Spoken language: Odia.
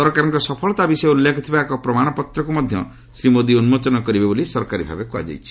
ସରକାରଙ୍କ ସଫଳତା ବିଷୟ ଉଲ୍ଲେଖ ଥିବା ଏକ ପ୍ରମାଣ ପତ୍ନକ୍ତ ମଧ୍ୟ ଶ୍ରୀ ମୋଦି ଉନ୍ଜୋଚନ କରିବେ ବୋଲି ସରକାରୀ ଭାବେ କୁହାଯାଇଛି